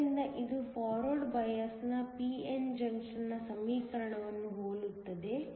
ಆದ್ದರಿಂದ ಇದು forward bias ನ p n ಜಂಕ್ಷನ್ನ ಸಮೀಕರಣವನ್ನು ಹೋಲುತ್ತದೆ